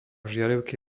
žiarivky